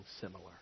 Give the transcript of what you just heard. similar